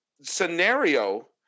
scenario